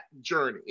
journey